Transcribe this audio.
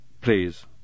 please